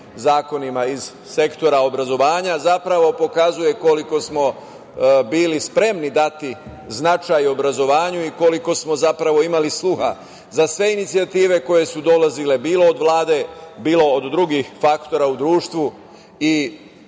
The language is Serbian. zakonima iz sektora obrazovanja, zapravo pokazuje koliko smo bili spremni dati značaj obrazovanju i koliko smo zapravo imali sluha za sve inicijative koje su dolazile, bilo od drugih faktora u društvu i